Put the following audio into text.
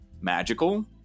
magical